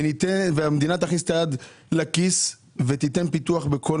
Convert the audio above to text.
ואם המדינה תכניס את היד לכיס ותיתן פיתוח בכל